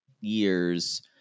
years